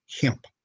hemp